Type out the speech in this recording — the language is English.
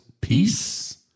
peace